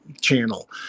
channel